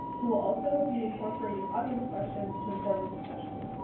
who will also be incorporating audience questions to inform the discussion.